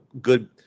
good